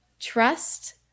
Trust